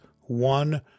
one